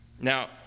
Now